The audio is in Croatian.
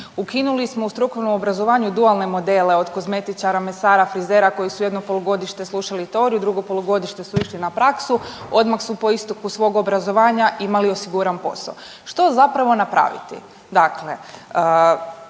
Ukinuli smo u strukovnom obrazovanju dualne modele od kozmetičara, mesara, frizera koji su jedno polugodište slušali teoriju, drugo polugodište su išli na praksu, odmah su po isteku svog obrazovanja imali osiguran posao. Što zapravo napraviti?